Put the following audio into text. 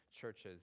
churches